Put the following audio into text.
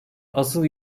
asıl